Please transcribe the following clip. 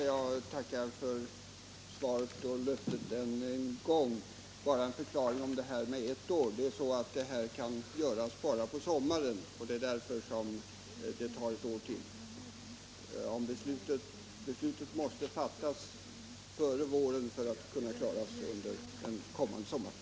Herr talman! Jag tackar än en gång för svaret och för löftet. Det här kan göras bara på sommaren, och det är därför det tog ett år till. Beslutet måste fattas före våren för att det hela skall kunna klaras under den kommande sommaren.